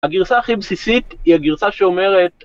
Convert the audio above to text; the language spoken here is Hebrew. הגרסה הכי בסיסית היא הגרסה שאומרת